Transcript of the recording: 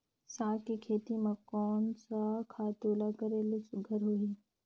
साग के खेती म कोन स खातु ल करेले सुघ्घर होही?